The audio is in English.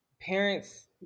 parents